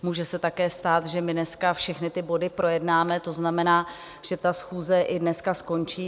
Může se také stát, že dneska všechny ty body projednáme, to znamená, že ta schůze dneska i skončí.